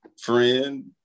friend